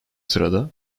sırada